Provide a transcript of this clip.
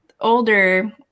older